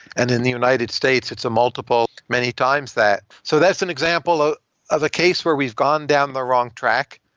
and in the united states, it's a multiple many times that. so that's an example ah of a case where we've gone down the wrong track,